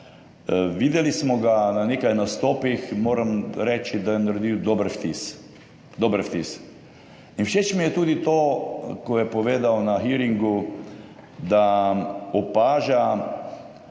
videli smo ga na nekaj nastopih. Moram reči, da je naredil dober vtis in všeč mi je tudi to, ko je povedal na hearingu, da opaža